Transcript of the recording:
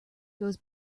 goes